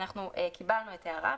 אנחנו קיבלנו את ההערה שלהם,